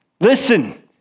listen